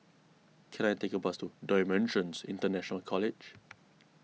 can I take a bus to Dimensions International College